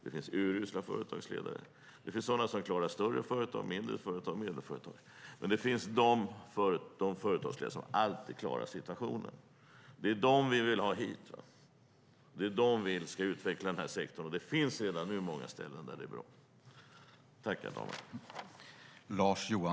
Det finns urusla företagsledare, det finns sådana som klarar större företag, sådana som klarar mindre företag och det finns sådana som klarar medelstora företag. De finns företagsledare som alltid klarar situationen. Det är dem vi vill ha hit. Det är de som vi vill ska utveckla den här sektorn, och det finns redan nu många ställen där det är bra.